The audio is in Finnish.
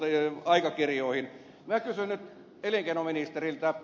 minä kysyn nyt elinkeinoministeriltä